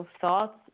thoughts